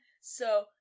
So-